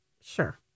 Sure